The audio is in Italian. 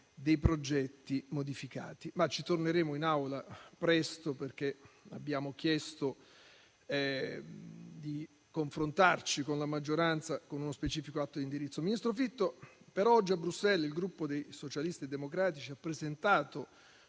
dei progetti modificati. Ad ogni modo, ci torneremo in Aula presto, perché abbiamo chiesto di confrontarci con la maggioranza con uno specifico atto indirizzo. Signor Ministro, oggi a Bruxelles il Gruppo dei Socialisti e Democratici ha presentato,